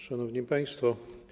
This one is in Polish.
Szanowni Państwo!